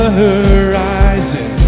horizon